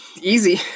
easy